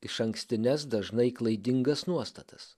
išankstines dažnai klaidingas nuostatas